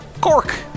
cork